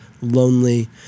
lonely